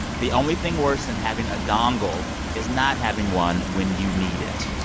the only thing worse than having a dongle is not having one when you need it.